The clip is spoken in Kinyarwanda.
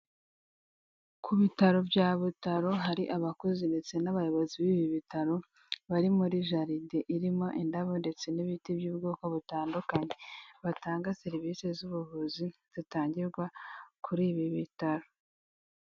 Ku bitaro bya Butaro hari abakozi ndetse n'abayobozi b'ibi bitaro, bari muri jaride irimo indabo ndetse n'ibiti by'ubwoko butandukanye, batanga serivisi z'ubuvuzi zitangirwa kuri ibi bitaro.